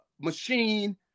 machine